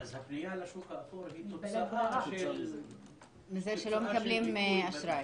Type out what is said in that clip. אז הפנייה לשוק האפור היא תוצאה של --- מזה שלא מקבלים אשראי.